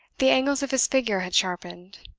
the angles of his figure had sharpened.